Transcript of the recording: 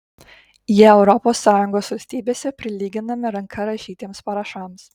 jie europos sąjungos valstybėse prilyginami ranka rašytiems parašams